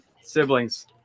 Siblings